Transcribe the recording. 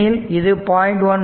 ஏனெனில் இது 0